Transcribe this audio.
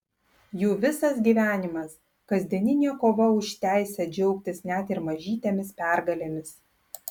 jų visas gyvenimas kasdieninė kova už teisę džiaugtis net ir mažytėmis pergalėmis